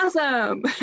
awesome